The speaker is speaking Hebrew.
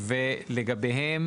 ולגביהם,